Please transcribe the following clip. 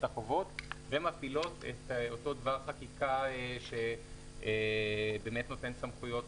החוב ומפעילות את אותו דבר חקיקה שנותן סמכויות